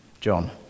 John